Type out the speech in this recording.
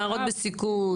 נערות בסיכון.